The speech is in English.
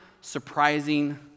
surprising